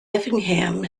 effingham